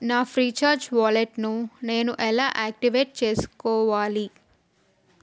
నా ఫ్రీచార్జ్ వ్యాలెట్ను నేను ఎలా యాక్టివేట్ చేసుకోవాలి